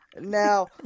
Now